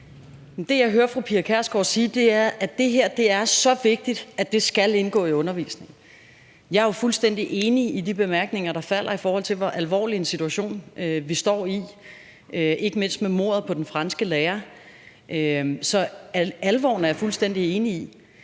Det, jeg hører fru Pia Kjærsgaard sige, er, at det her er så vigtigt, at det skal indgå i undervisningen. Jeg er fuldstændig enig i de bemærkninger, der falder, om, hvor alvorlig en situation vi står i – ikke mindst med mordet på den franske lærer. Så jeg er fuldstændig enig i